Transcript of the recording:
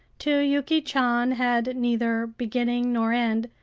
to yuki chan, had neither beginning nor end,